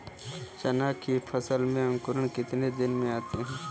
चना की फसल में अंकुरण कितने दिन में आते हैं?